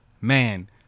man